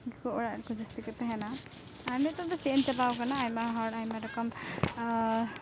ᱜᱮᱠᱚ ᱚᱲᱟᱜᱠᱚ ᱡᱩᱛ ᱠᱟᱛᱮᱠᱚ ᱛᱮᱦᱮᱱᱟ ᱟᱨ ᱱᱤᱛᱚᱜᱫᱚ ᱪᱮᱧᱡᱽ ᱪᱟᱵᱟᱣ ᱠᱟᱱᱟ ᱟᱭᱢᱟ ᱦᱚᱲ ᱟᱭᱢᱟ ᱨᱚᱠᱚᱢ